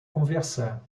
conversar